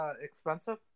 expensive